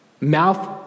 Mouth